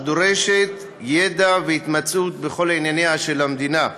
ודורשת ידע והתמצאות בכל ענייניה של המדינה.